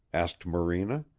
asked morena.